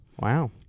Wow